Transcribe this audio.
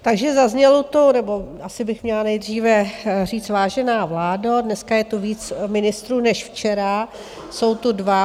Takže zaznělo tu nebo asi bych měla nejdříve říct, vážená vládo, dneska je tu víc ministrů než včera, jsou tu dva.